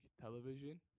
television